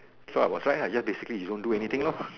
so I was right lah just basically you don't do anything lor